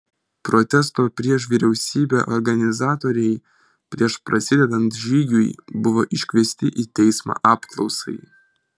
protesto prieš vyriausybę organizatoriai prieš prasidedant žygiui buvo iškviesti į teismą apklausai